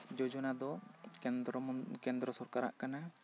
ᱡᱚᱡᱚᱱᱟ ᱫᱚ ᱠᱮᱱᱫᱨᱚ ᱥᱚᱨᱠᱟᱨᱟᱜ ᱠᱟᱱᱟ